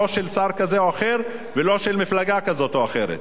לא של שר כזה או אחר ולא של מפלגה כזאת או אחרת.